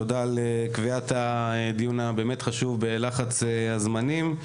תודה לקביעת הדיון החשוב בלחץ הזמנים.